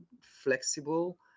flexible